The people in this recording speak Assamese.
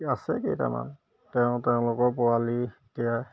আছে কেইটামান তেওঁ তেওঁলোকৰ পোৱালি এতিয়া